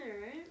right